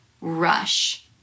rush